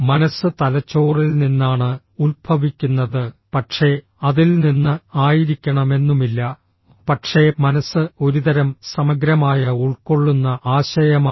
മനസ്സ് തലച്ചോറിൽ നിന്നാണ് ഉത്ഭവിക്കുന്നത് പക്ഷേ അതിൽ നിന്ന് ആയിരിക്കണമെന്നുമില്ല പക്ഷേ മനസ്സ് ഒരുതരം സമഗ്രമായ ഉൾക്കൊള്ളുന്ന ആശയമാണ്